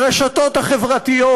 ברשתות החברתיות.